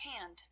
hand